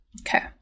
Okay